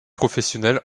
professionnels